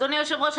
אדוני היושב ראש,